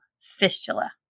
fistula